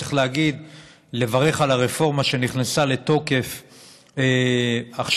צריך לברך על הרפורמה שנכנסה לתוקף עכשיו.